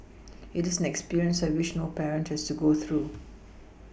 it is an experience I wish no parent has to go through